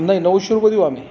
नाही नऊशे रुपये देऊ आम्ही